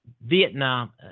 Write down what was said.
Vietnam